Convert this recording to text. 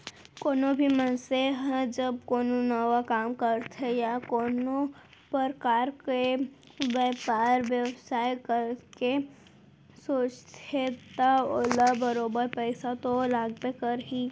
कोनो भी मनसे ह जब कोनो नवा काम करथे या कोनो परकार के बयपार बेवसाय करे के सोचथे त ओला बरोबर पइसा तो लागबे करही